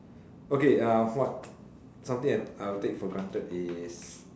okay what something I will take for granted is